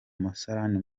musarani